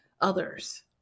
others